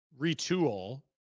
retool